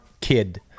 kid